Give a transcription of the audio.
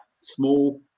small